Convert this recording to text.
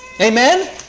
Amen